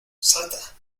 salta